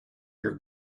your